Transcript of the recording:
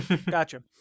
Gotcha